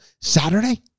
Saturday